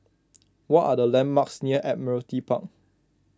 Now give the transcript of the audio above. what are the landmarks near Admiralty Park